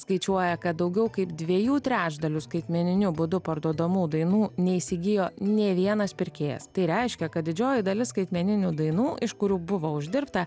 skaičiuoja kad daugiau kaip dviejų trečdalių skaitmeniniu būdu parduodamų dainų neįsigijo nei vienas pirkėjas tai reiškia kad didžioji dalis skaitmeninių dainų iš kurių buvo uždirbta